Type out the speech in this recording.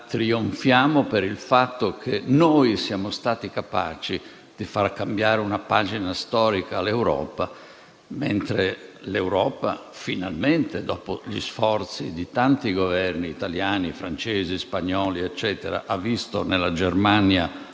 trionfiamo per il fatto che noi siamo stati capaci di far cambiare una pagina storica all'Europa, mentre l'Europa, finalmente, dopo gli sforzi di tanti Governi - italiano, francese, spagnolo, eccetera - ha visto nella Germania